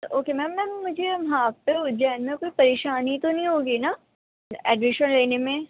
okay ma'am ma'am مجھے وہاں پہ اجین میں کوئی پریشانی تو نہیں ہوگی نا ایڈمیشن لینے میں